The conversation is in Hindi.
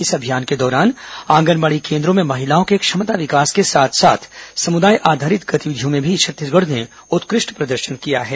इस अभियान के दौरान आंगनबाड़ी केन्द्रों में महिलाओं के क्षमता विकास के साथ साथ समुदाय आधारित गतिविधियों में भी छत्तीसगढ़ ने उत्कृष्ट प्रदर्शन किया है